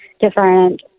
different